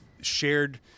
shared